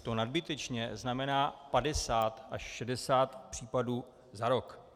To nadbytečné znamená 50 až 60 případů za rok.